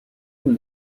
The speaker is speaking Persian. پول